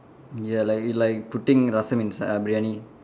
ya like like putting rasam inside our briyani